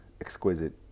exquisite